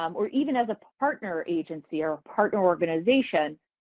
um or even as a partner agency or partner organization,